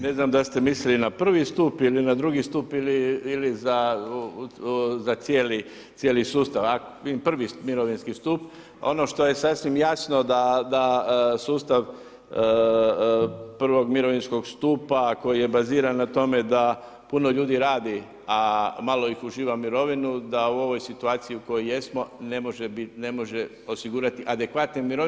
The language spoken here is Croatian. Ne znam da li ste mislili na prvi stup ili na drugi stup ili za cijeli sustav a prvi mirovinski stup, ono što je sasvim jasno da sustav prvog mirovinskog stupa koji je baziran na tome da puno ljudi radi, a malo ih uživa mirovinu, da u ovoj situaciji u kojoj jesmo, ne možemo osigurati adekvatne mirovine.